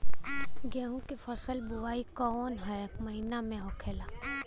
गेहूँ के फसल की बुवाई कौन हैं महीना में होखेला?